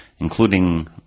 including